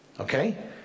Okay